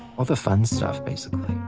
all the fun stuff basically